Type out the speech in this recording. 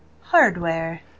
Hardware